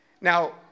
Now